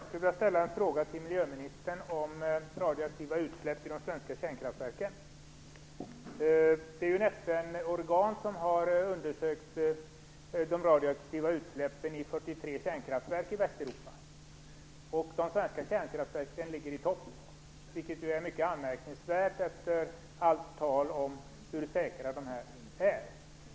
Fru talman! Jag skulle vilja ställa en fråga till miljöministern om radioaktiva utsläpp i de svenska kärnkraftverken. FN-organ har undersökt de radioaktiva utsläppen i 43 kärnkraftverk i Västeuropa. De svenska kärnkraftverken ligger i topp, vilket är mycket anmärkningsvärt, efter allt tal om hur säkra de är.